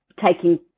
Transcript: taking